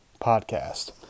Podcast